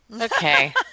okay